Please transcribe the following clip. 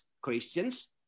Christians